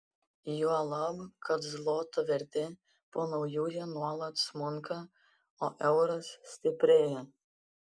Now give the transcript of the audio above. juolab kad zloto vertė po naujųjų nuolat smunka o euras stiprėja